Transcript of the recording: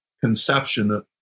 conception